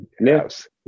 Yes